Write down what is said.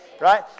Right